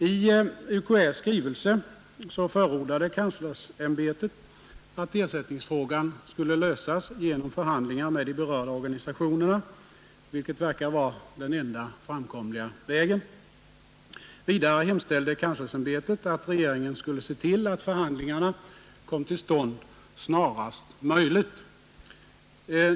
I sistnämnda skrivelse förordade kanslersämbetet att ersättningsfrågan skulle lösas genom förhandlingar med de berörda organisationerna, vilket verkar att vara den enda framkomliga vägen. Vidare hemställde kanslersämbetet att regeringen skulle se till att förhandlingarna kom till stånd snarast möjligt.